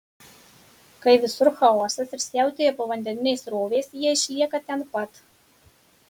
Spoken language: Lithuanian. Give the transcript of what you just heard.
kai visur chaosas ir siautėja povandeninės srovės jie išlieka ten pat